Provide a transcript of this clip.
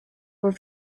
were